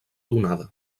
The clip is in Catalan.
donada